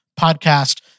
podcast